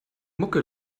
mucke